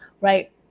right